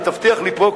שתבטיח לי פה,